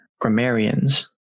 grammarians